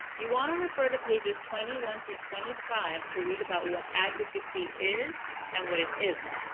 you want to refer to pages twenty one through twenty five to read about what advocacy is and what it isn't.